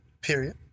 Period